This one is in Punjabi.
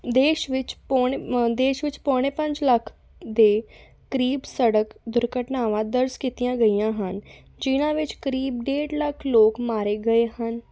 ਦੇਸ਼ ਵਿੱਚ ਪੋਣ ਮ ਦੇਸ਼ ਵਿੱਚ ਪੌਣੇ ਪੰਜ ਲੱਖ ਦੇ ਕਰੀਬ ਸੜਕ ਦੁਰਘਟਨਾਵਾਂ ਦਰਜ ਕੀਤੀਆਂ ਗਈਆਂ ਹਨ ਜਿਨ੍ਹਾਂ ਵਿੱਚ ਕਰੀਬ ਡੇਢ ਲੱਖ ਲੋਕ ਮਾਰੇ ਗਏ ਹਨ